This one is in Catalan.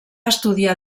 estudiar